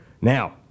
Now